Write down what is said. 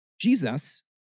Jesus